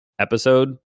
episode